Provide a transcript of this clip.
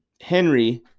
Henry